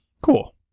Cool